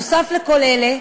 נוסף על כל אלה,